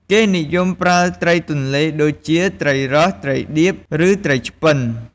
គេនិយមប្រើត្រីទន្លេដូចជា ត្រីរ៉ស់ ត្រីឌៀប ឬត្រីឆ្ពិន។